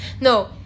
No